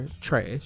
trash